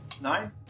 Nine